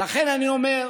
לכן אני אומר: